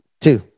two